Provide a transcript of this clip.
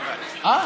מה?